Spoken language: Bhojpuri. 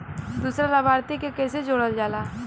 दूसरा लाभार्थी के कैसे जोड़ल जाला?